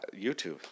YouTube